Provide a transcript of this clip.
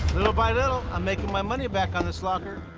little by little, i'm making my money back on this locker.